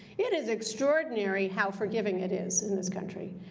it is extraordinary how forgiving it is in this country.